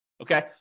okay